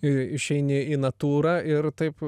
išeini į natūrą ir taip